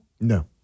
No